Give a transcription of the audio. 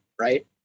right